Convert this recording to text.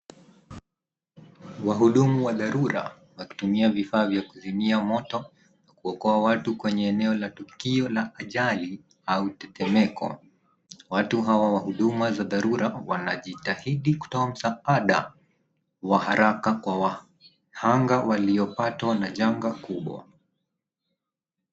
Wahudumu wa dharura wakitumia vifaa vya kuzimia moto kuokoa watu kwenye eneo la tukio la ajali au tetemeko. Watu hawa wa huduma za dharura wanajitahidi kutoa msaada wa haraka kwa wahanga waliopatwa na janga kubwa.